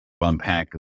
unpack